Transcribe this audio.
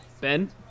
Ben